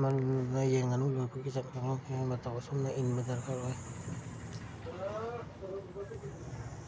ꯃꯔꯝ ꯑꯗꯨꯅ ꯌꯦꯟ ꯉꯥꯅꯨ ꯂꯣꯏꯕꯒꯤ ꯃꯇꯧ ꯑꯁꯨꯝꯅ ꯏꯟꯕ ꯗꯔꯀꯥꯔ ꯑꯣꯏ